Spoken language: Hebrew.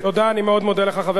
אני מאוד מודה לך, חבר הכנסת חסון.